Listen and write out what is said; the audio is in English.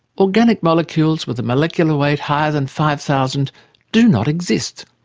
organic molecules with a molecular weight higher than five thousand do not exist.